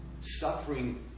Suffering